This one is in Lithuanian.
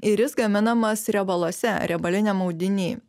ir jis gaminamas riebaluose riebaliniam audiny